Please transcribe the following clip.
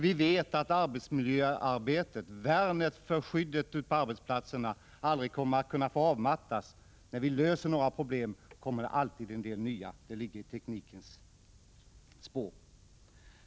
Vi vet att arbetet med att värna en god miljö på arbetsplatserna aldrig kommer att få avmattas. När vi löser några problem, uppkommer det alltid några nya. Problem följer ständigt i teknikens spår.